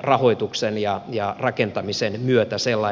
rahoituksen ja rakentamisen myötä sellainen